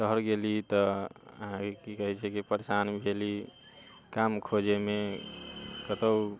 शहर गेली तऽ अहाँकेँ की कहै छै जे परेशान भेली काम खोजेमे कतहुँ